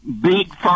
big